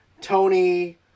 Tony